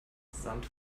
sand